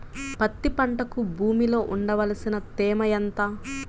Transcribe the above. పత్తి పంటకు భూమిలో ఉండవలసిన తేమ ఎంత?